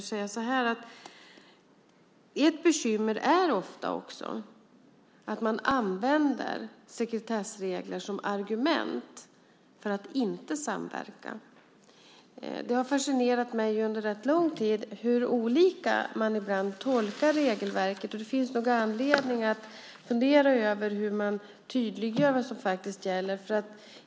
Utöver det vill jag säga att ett bekymmer ofta är att man använder sekretessregler som argument för att inte samverka. Det har fascinerat mig under rätt lång tid hur olika man ibland tolkar regelverket. Det finns nog anledning att fundera över hur man tydliggör vad som faktiskt gäller.